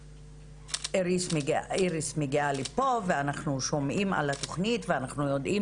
איריס מגיעה לפה ואנחנו שומעים על התוכנית ואנחנו יודעים